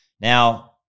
Now